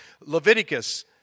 Leviticus